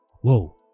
whoa